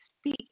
speak